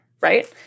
right